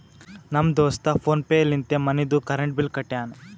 ನಮ್ ದೋಸ್ತ PhonePe ಲಿಂತೆ ಮನಿದು ಕರೆಂಟ್ ಬಿಲ್ ಕಟ್ಯಾನ್